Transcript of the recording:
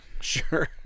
Sure